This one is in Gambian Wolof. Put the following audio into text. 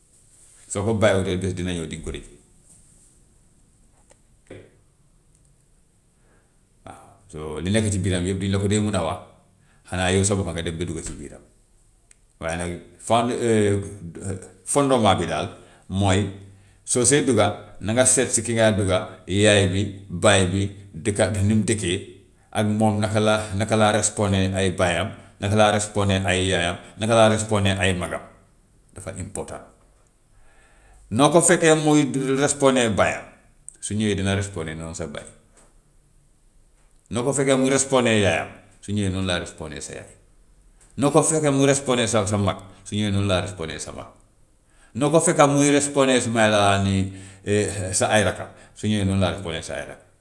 soo ko bàyyiwutee bés dina ñëw dinga ko rëccu. Waaw, so li nekk si biiram yëpp duñ la ko dee mun a wax, xanaa yow sa bopp nga dem ba dugga si biiram. Waaye nag fond fondement bi daal mooy soo see dugga na nga seet si ki ngay dugga yaay bi, baay bi, dëkka ni ñu dëkkee ak moom naka la, naka laa respond(ee) ay baayam, naka laa respond(ee) ay yaayam, naka laa respond(ee) ay magam, dafa important. Noo ko fekkee muy respond(ee) baayam, su ñëwee dina respond(ee) noonu a baay, noo ko fekkee muy respond(ee) yaayam su ñëwee noonu lay respond(ee) sa yaay, noo ko fekkee muy respond(ee) sa sa mag su ñëwee noonu lay respond'ee) sa mag, noo ko fekka muy respond(ee) sumay laa ni sa ay rakkam su ñëwee noonu laaa respond(ee) sa ay rakk.